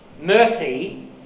mercy